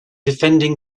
defending